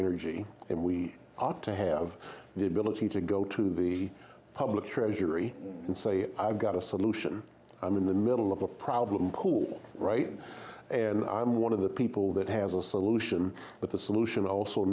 energy and we ought to have the ability to go to the public treasury and say i've got a solution i'm in the middle of a problem pool right and i'm one of the people that has a solution but the solution also